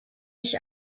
ich